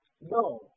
No